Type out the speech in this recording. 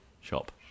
shop